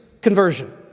conversion